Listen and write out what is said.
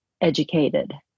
educated